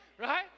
right